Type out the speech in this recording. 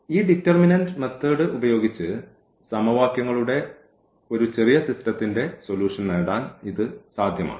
ഈ determinant method ഉപയോഗിച്ച് സമവാക്യങ്ങളുടെ ഒരു ചെറിയ സിസ്റ്റത്തിന്റെ സൊലൂഷൻ നേടാൻ ഇത് സാധ്യമാണ്